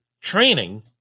training